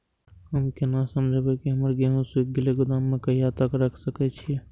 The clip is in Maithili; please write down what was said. हम केना समझबे की हमर गेहूं सुख गले गोदाम में कहिया तक रख सके छिये?